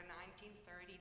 1930